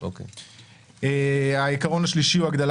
אין.